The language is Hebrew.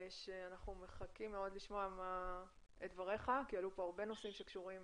שאנחנו מחכים מאוד לשמוע את דבריך כי עלו פה הרבה נושאים שקשורים